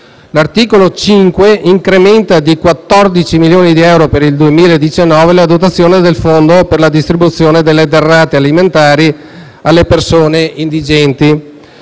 L'articolo 5 incrementa di 14 milioni di euro per il 2019 la dotazione del Fondo per la distribuzione di derrate alimentari alle persone indigenti,